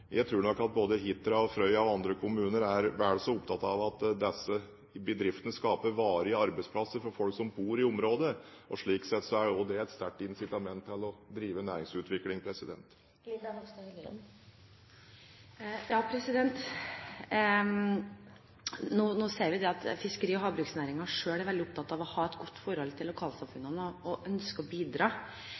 Jeg tror nok at både Hitra og Frøya og andre kommuner er vel så opptatt av at disse bedriftene skaper varige arbeidsplasser for folk som bor i området. Slik sett er det et sterkt incitament til å drive næringsutvikling. Nå ser vi at fiskeri- og havbruksnæringen selv er veldig opptatt av å ha et godt forhold til lokalsamfunnene, og ønsker å bidra